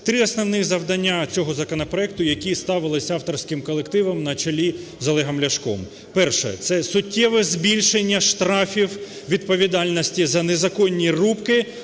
Три основні завдання цього законопроекту, які ставилися авторським колективом на чолі з Олегом Ляшком. Перше – це суттєве збільшення штрафів, відповідальності за незаконні рубки